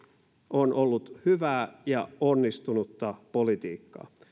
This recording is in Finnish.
on ollut hyvää ja onnistunutta politiikkaa